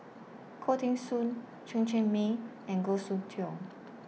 Khoo Teng Soon Chen Cheng Mei and Goh Soon Tioe